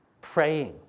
praying